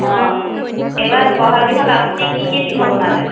অঁ এইবাৰ ব'হাগ বিহুত আপুনি কি কি পিঠা বনালে